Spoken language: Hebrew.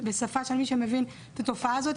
בשפה של מי שמבין את התופעה הזאת,